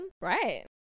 Right